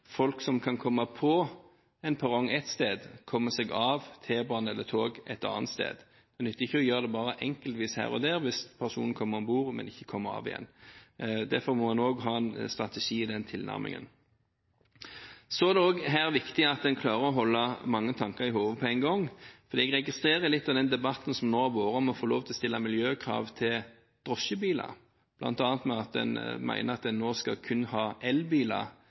folk som kan komme på en perrong ett sted, kommer seg av T-bane eller tog et annet sted. Det nytter ikke å gjøre det bare enkeltvis her og der, hvis personen kommer om bord, men ikke kommer av igjen. Derfor må en også ha en strategi i den tilnærmingen. Så er det også her viktig at en klarer å holde mange tanker i hodet på én gang. Jeg registrerer litt av den debatten som nå har vært om å få lov til å stille miljøkrav til drosjebiler, bl.a. ved at en mener at en nå kun skal ha elbiler